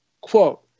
quote